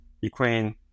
ukraine